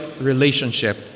relationship